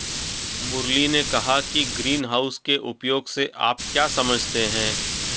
मुरली ने कहा कि ग्रीनहाउस के उपयोग से आप क्या समझते हैं?